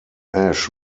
ash